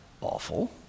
awful